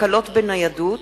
הקלות בניידות),